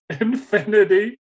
infinity